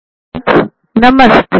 धन्यवाद